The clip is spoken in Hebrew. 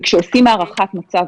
כשעושים הערכת מצב,